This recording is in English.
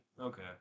Okay